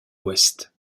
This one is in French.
ouest